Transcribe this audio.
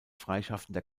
freischaffender